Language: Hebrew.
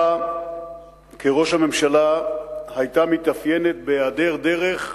כראש הממשלה היתה מתאפיינת בהיעדר דרך,